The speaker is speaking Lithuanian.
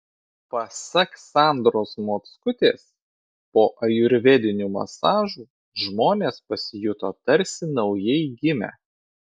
pasak sandros mockutės po ajurvedinių masažų žmonės pasijuto tarsi naujai gimę